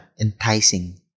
enticing